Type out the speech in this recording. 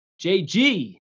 JG